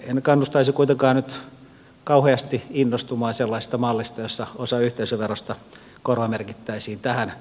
en kannustaisi kuitenkaan nyt kauheasti innostumaan sellaisesta mallista jossa osa yhteisöverosta korvamerkittäisiin tähän